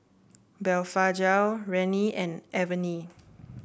Blephagel Rene and Avene